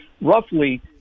roughly